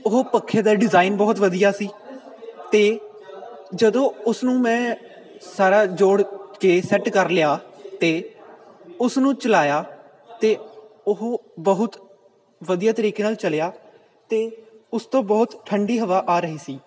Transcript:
ਉਹ ਪੱਖੇ ਦਾ ਡਿਜ਼ਾਇਨ ਬਹੁਤ ਵਧੀਆ ਸੀ ਅਤੇ ਜਦੋਂ ਉਸ ਨੂੰ ਮੈਂ ਸਾਰਾ ਜੋੜ ਕੇ ਸੈੱਟ ਕਰ ਲਿਆ ਅਤੇ ਉਸ ਨੂੰ ਚਲਾਇਆ ਤਾਂ ਉਹ ਬਹੁਤ ਵਧੀਆ ਤਰੀਕੇ ਨਾਲ ਚਲਿਆ ਅਤੇ ਉਸ ਤੋਂ ਬਹੁਤ ਠੰਡੀ ਹਵਾ ਆ ਰਹੀ ਸੀ